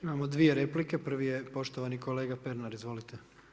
Imamo dvije replike, prvi je poštovani kolega Pernar, izvolite.